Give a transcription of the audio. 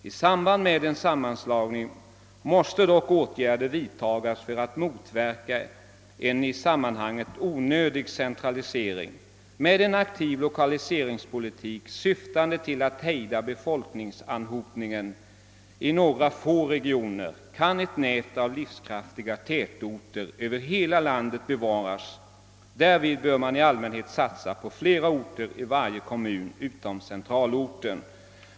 I samband med en sammanslagning måste dock åtgärder vidtas för att motverka en i sammanhanget onödig centralisering. Med en aktiv lokaliseringspolitik syftande till att hejda befolkningsanhopningen i några få regioner kan ett nät av livskraftiga tätorter bevaras över hela landet. Därvid bör man i allmänhet satsa på flera orter i varje kommun än enbart centralorten.